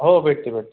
हो भेटतील भेटतील